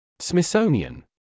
Smithsonian